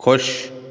ਖੁਸ਼